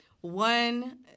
one